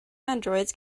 androids